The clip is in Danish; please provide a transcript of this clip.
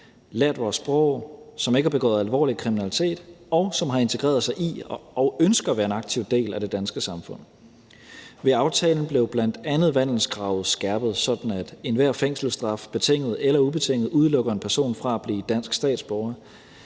lært vores sprog, som ikke har begået alvorlig kriminalitet, og som har integreret sig i og ønsker at være en aktiv del af det danske samfund. Ved aftalen blev bl.a. vandelskravet skærpet, sådan at enhver fængselsstraf, betinget eller ubetinget, udelukker en person fra at blive dansk statsborger,